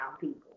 people